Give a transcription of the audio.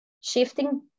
shifting